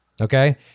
Okay